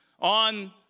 on